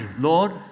Lord